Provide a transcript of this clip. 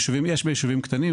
יש ביישובים קטנים,